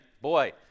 boy